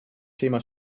thema